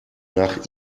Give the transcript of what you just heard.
nach